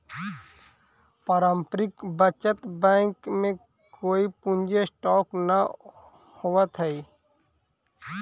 पारस्परिक बचत बैंक में कोई पूंजी स्टॉक न होवऽ हई